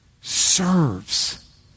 serves